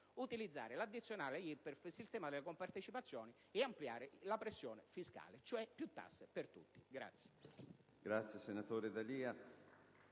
utilizzare l'addizionale IRPEF, il sistema delle compartecipazioni e ampliare la pressione fiscale, cioè più tasse per tutti.